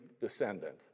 descendant